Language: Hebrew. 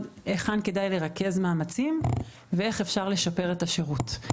היכן כדאי לרכז מאמצים ואיך אפשר לשפר את השירות.